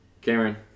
Cameron